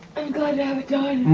i'm glad to have it done.